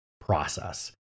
process